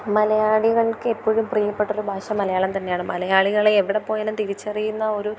മലയാളികൾക്ക് ഇപ്പോഴും പ്രിയപ്പെട്ട ഒരു ഭാഷ മലയാളം തന്നെയാണ് മലയാളികൾ എവിടെ പോയാലും തിരിച്ചറിയുന്ന ഒരു